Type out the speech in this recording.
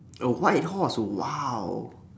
a white horse !wow!